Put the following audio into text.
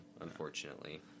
unfortunately